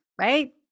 right